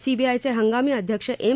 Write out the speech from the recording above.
सीबीआयचे हंगामी अध्यक्ष एम